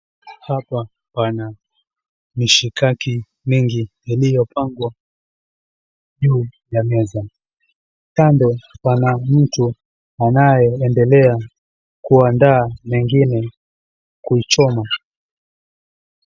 Hapa pana mishakaki mingi iliyopangwa juu ya meza. Kando pana mtu anayeendelea kuanda ingine kuichoma.